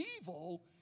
evil